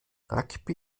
rugby